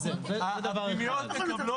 אתם מחלישים את הסעיף,